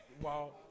Wow